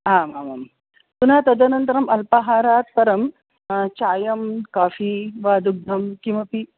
हाम् आमां पुनः तदनन्तरम् अल्पहारात् परं चायं काफ़ी वा दुग्धं किमपि